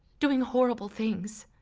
doing horrible things.